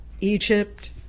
Egypt